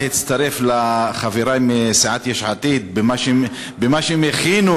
להצטרף לחברי מסיעת יש עתיד במה שהם הכינו,